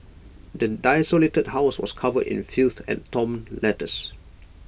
the desolated house was covered in filth and torn letters